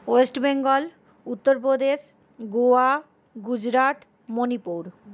West Bengal Uttar Pradesh Goa Gujarat Manipur